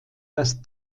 das